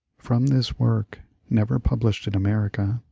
from this work, never published in america,